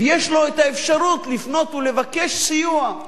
ויש לו אפשרות לפנות ולבקש סיוע,